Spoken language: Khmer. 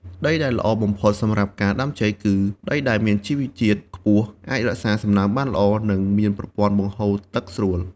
ដីដែលល្អបំផុតសម្រាប់ការដាំចេក គឺដីដែលមានជីវជាតិខ្ពស់ អាចរក្សាសំណើមបានល្អ និងមានប្រព័ន្ធបង្ហូរទឹកស្រួល។